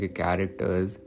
characters